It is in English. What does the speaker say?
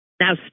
Now